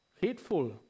hateful